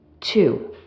two